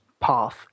path